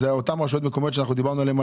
זה אותן רשויות מקומיות שדיברנו עליהן,